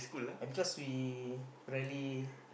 and cause we rarely